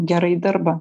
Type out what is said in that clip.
gerai dirba